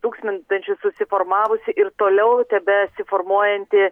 tūkstantmečius susiformavusi ir toliau tebesiformuojanti